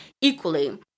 equally